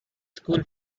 school